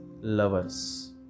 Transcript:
lovers